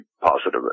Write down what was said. positive